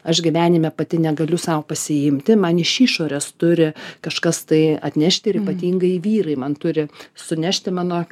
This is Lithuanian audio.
aš gyvenime pati negaliu sau pasiimti man iš išorės turi kažkas tai atnešti ir ypatingai vyrai man turi sunešti mano